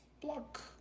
Block